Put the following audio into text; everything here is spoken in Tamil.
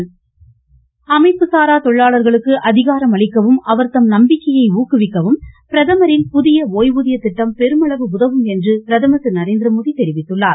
த்தவுக்க அமைப்புசாரா அமைப்புசாரா தொழிலாளர்களுக்கு அதிகாரம் அளிக்கவும் அவர்தம் நம்பிக்கையை ஊக்குவிக்கவும் பிரதமரின் புதிய ஓய்வூதிய திட்டம் பெருமளவு உதவும் என்று பிரதமர் திரு நரேந்திரமோடி தெரிவித்துள்ளார்